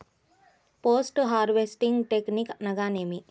Post harvesting technique అనగా నేమి?